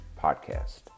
podcast